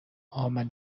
عامل